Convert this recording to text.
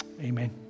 Amen